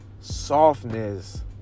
softness